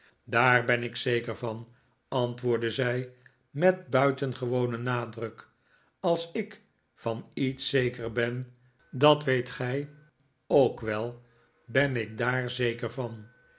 daar ben ik zeker van antwoordde zij met buitengewonen nadruk als ik van iets zeker ben dat weet gij ook wel ben ik daar zeker van